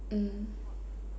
mm